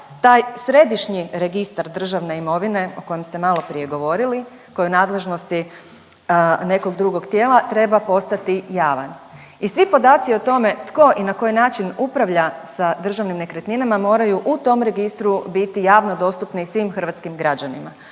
taj središnji registar državne imovine o kojem ste maloprije govorili koji je u nadležnosti nekog drugog tijela treba postati javan i svi podaci o tome tko i na koji način upravlja sa državnim nekretninama moraju u tom registru biti javno dostupni svim hrvatskih građanima,